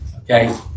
okay